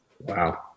Wow